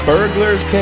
Burglar's